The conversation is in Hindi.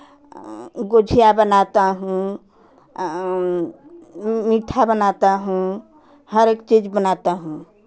गुझिया बनाता हूँ मीठा बनाता हूँ हर चीज़ बनाता हूँ